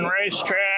racetrack